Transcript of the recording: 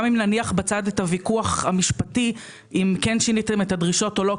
גם אם נניח בצד את הוויכוח המשפטי אם כן שיניתם את הדרישות או לא,